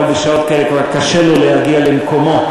אבל בשעות כאלה כבר קשה לו להגיע למקומו.